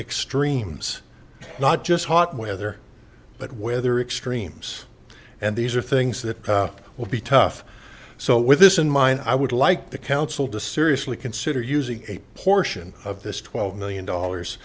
extremes not just hot weather but weather extremes and these are things that will be tough so with this in mind i would like the council to seriously consider using a portion of this twelve million dollars